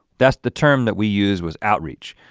that's the term that we use was outreach.